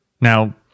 now